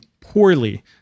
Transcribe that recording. poorly